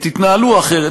תתנהלו אחרת,